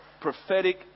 prophetic